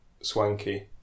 Swanky